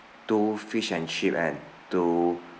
two fish and chip and two